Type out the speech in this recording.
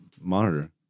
monitor